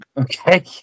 okay